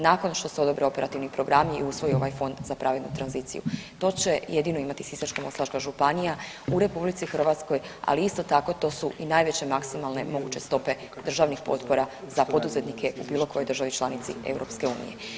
Nakon što se odobre operativni programi i usvoji ovaj Fond za pravednu tranziciju to će jedino imati Sisačko-moslavačka županija u RH, ali isto tako to su i najveće maksimalne moguće stope državnih potpora za poduzetnike u bilo kojoj državi članici EU.